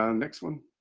um next one.